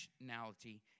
nationality